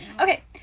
Okay